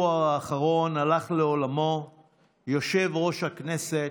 הלך לעולמו יושב-ראש הכנסת,